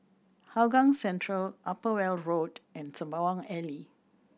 Hougang Central Upper Weld Road and Sembawang Alley